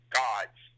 gods